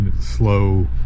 slow